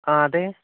ആ അതെ